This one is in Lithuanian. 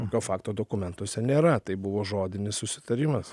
tokio fakto dokumentuose nėra tai buvo žodinis susitarimas